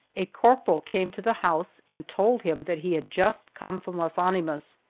a corporal came to the house and told him that he had just come from las animas,